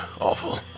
awful